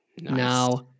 now